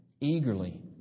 eagerly